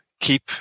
keep